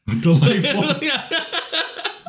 Delightful